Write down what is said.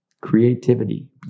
creativity